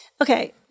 okay